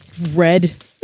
red